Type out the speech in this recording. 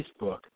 Facebook